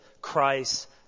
Christ